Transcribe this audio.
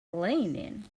cleaning